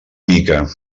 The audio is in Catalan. mica